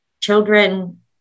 children